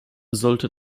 sollte